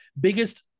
biggest